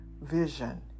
vision